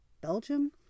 Belgium